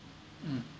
mm